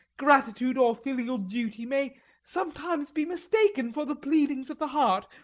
gratitude, or filial duty, may sometimes be mistaken for the pleadings of the heart.